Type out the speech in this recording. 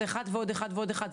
זה אחד ועוד אחד ועוד אחד,